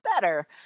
better